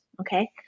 Okay